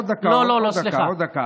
עוד דקה.